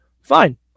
Fine